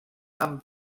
amb